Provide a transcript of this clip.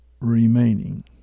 remaining